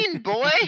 boy